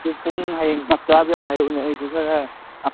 ꯑꯗꯨ ꯄꯨꯡ ꯍꯌꯦꯡ ꯆꯞ ꯆꯥꯕꯗꯨ ꯑꯃ ꯍꯥꯏꯔꯛꯎꯅꯦ ꯑꯩꯁꯨ ꯈꯔ